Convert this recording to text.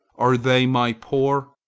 are they my poor?